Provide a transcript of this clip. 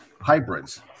hybrids